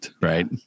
right